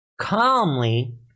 Calmly